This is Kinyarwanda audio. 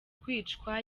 kwicwa